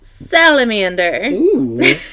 salamander